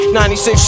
96